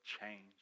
change